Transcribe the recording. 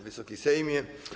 Wysoki Sejmie!